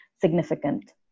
significant